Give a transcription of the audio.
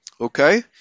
Okay